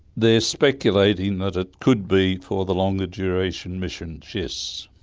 they're speculating that it could be for the longer duration missions, yes.